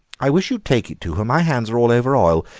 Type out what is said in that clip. i wish you'd take it to her my hands are all over oil.